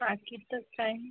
बाकीचं काही